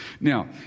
Now